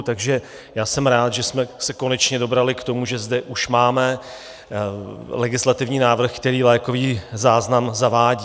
Takže já jsem rád, že jsme se konečně dobrali k tomu, že zde už máme legislativní návrh, který lékový záznam zavádí.